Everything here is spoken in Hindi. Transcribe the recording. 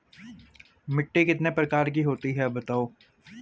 मिट्टी कितने प्रकार की होती हैं बताओ?